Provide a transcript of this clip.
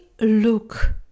look